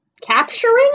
capturing